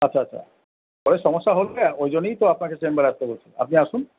আচ্ছা আচ্ছা পরে সমস্যা ওই জন্যই তো আপনাকে চেম্বারে আসতে বলছি আপনি আসুন